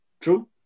true